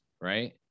right